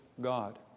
God